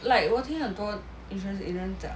like 我听很多 insurance agent 讲